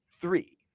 three